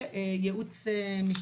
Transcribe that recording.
וכן ייעוץ משפטי.